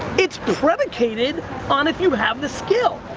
it's predicated on if you have the skill.